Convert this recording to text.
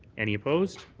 any opposed?